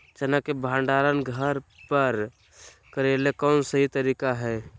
चना के भंडारण घर पर करेले कौन सही तरीका है?